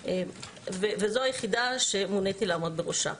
וזו היחידה שמוניתי לעמוד בראשה.